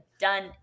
done